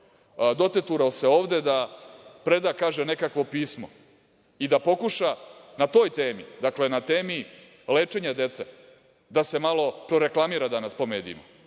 Doteturao se ovde da preda, kaže, nekakvo pismo i da pokuša na toj temi, dakle, na temi lečenja dece da se malo proreklamira danas po medijima.